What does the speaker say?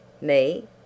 Me